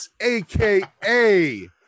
aka